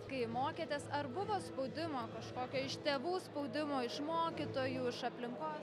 kai mokėtės ar buvo spaudimo kažkokio iš tėvų spaudimo iš mokytojų iš aplinkos